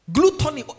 Gluttony